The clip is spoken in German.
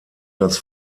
das